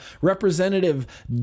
Representative